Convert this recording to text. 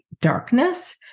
darkness